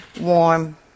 warm